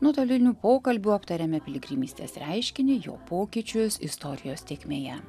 nuotoliniu pokalbiu aptarėme piligrimystės reiškinį jo pokyčius istorijos tėkmėje